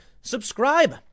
subscribe